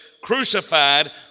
crucified